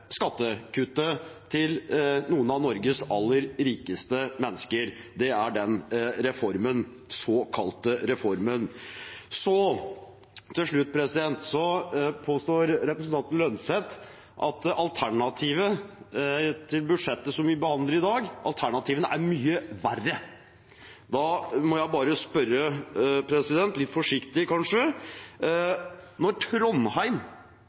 skattekuttet til noen av Norges aller rikeste mennesker. Det er den såkalte reformen. Til slutt påstår representanten Holm Lønseth at alternativene til budsjettet vi behandler i dag, er mye verre. Da må jeg bare spørre – litt forsiktig, kanskje: Når Trondheim,